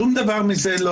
שום דבר מזה.